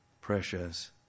precious